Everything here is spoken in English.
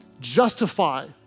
justify